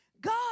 God